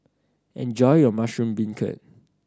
enjoy your mushroom beancurd